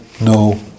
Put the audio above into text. no